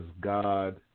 God